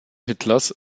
hitlers